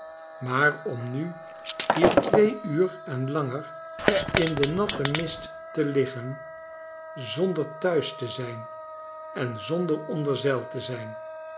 maar om nu hier twee uur en langer in den natten mist te liggen zonder thuis te zijn en zonder onder zeil te zijn